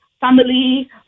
family